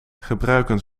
gebruiken